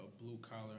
blue-collar